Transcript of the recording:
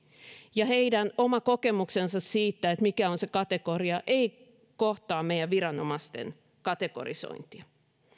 ja heidän oma kokemuksensa siitä mikä on se kategoria ei kohtaa meidän viranomaisten kategorisointia